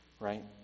right